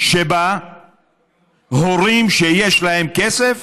שבה הורים שיש להם כסף